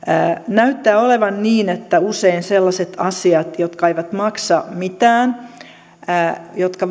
näyttää olevan niin että usein sellaiset asiat jotka eivät maksa mitään jotka